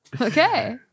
okay